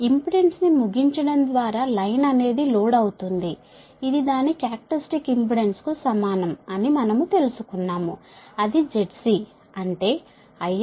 impedance ని ముగించడం ద్వారా లైన్ అనేది లోడ్ అవుతుంది ఇది దాని క్యారక్టర్య్స్టిక్ ఇంపెడెన్స్కు సమానం అని మనము తెలుసుకున్నాము అది ZC అంటే IR VRZC